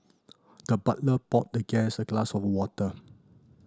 the butler poured the guest a glass of water